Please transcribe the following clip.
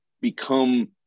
become